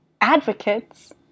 Advocates